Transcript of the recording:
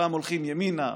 פעם הולכים ימינה,